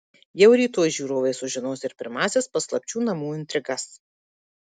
jau rytoj žiūrovai sužinos ir pirmąsias paslapčių namų intrigas